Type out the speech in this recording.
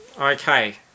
Okay